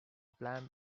bland